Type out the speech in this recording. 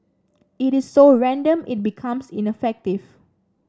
it is so random it becomes ineffective